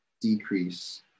decrease